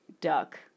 duck